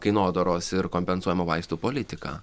kainodaros ir kompensuojamų vaistų politika